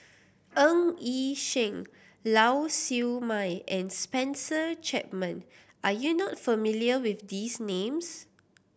Ng Yi Sheng Lau Siew Mei and Spencer Chapman are you not familiar with these names